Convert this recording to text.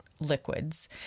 Liquids